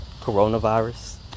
coronavirus